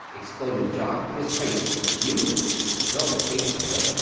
exploded jock, his face suffused with a dull, painful red.